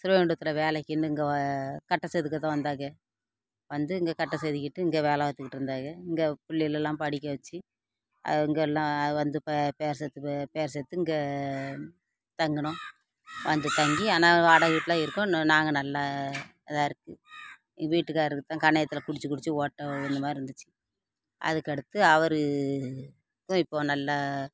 ஸ்ரீவைகுண்டத்தில் வேலைக்குன்னு இங்கே கட்ட செதுக்க தான் வந்தாய்க வந்து இங்கே கட்ட செதுக்கிட்டு இங்கே வேலை பார்த்துக்கிட்டு இருந்தாங்க இங்கே பிள்ளைகளெல்லாம் படிக்க வச்சி அவங்க எல்லாம் வந்து பேர் சேர்த்து பேர் சேர்த்து இங்கே தங்கினோம் வந்து தங்கி ஆனால் வாடகை வீட்டில் இருக்கோம் நாங்கள் நல்லா இதாக இருக்குது வீட்டுக்காரர் தான் கன்னத்தில் குடித்து குடித்து ஓட்டை விழுந்த மாறி இருந்துச்சு அதுக்கடுத்து அவர் இப்போது நல்லா